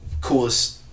coolest